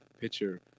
picture